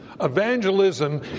evangelism